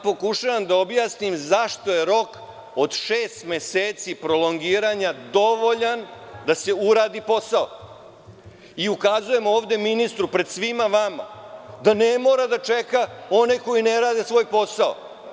Pokušavam da objasnim zašto je rok od šest meseci prolongiranja dovoljan da se uradi posao i ukazujem ovde ministru, pred svima vama, da ne mora da čeka one koji ne rade svoj posao.